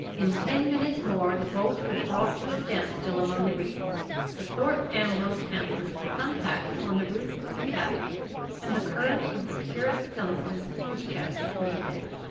in ten minutes more the boat was brought to a stand-still among the reeds the thorpe ambrose hampers were unpacked on the roof of the cabin and the current of the curate's eloquence was checked for the day.